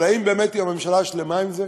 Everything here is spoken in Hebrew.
אבל האם באמת הממשלה שלמה עם זה?